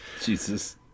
Jesus